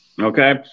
Okay